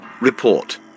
Report